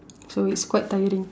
so it's quite tiring